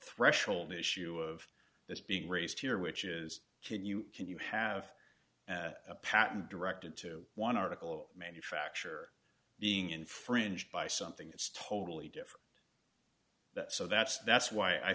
threshold issue of this being raised here which is can you can you have a patent directed to one article of manufacture being infringed by something is totally different so that's that's why i